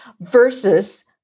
versus